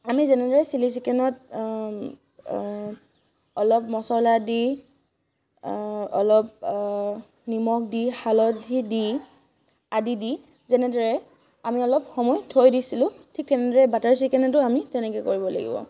আমি যেনেদৰে চিলি চিকেনত অলপ মছলা দি অলপ নিমখ দি হালধি দি আদি দি যেনেদৰে আমি অলপ সময় থৈ দিছিলোঁ ঠিক তেনেদৰে বাটাৰ চিকেনতো আমি তেনেকৈ কৰিব লাগিব